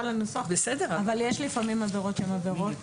יש לפעמים עבירות שהן עבירות